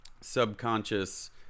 subconscious